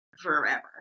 Forever